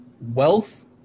wealth